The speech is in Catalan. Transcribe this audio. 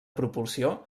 propulsió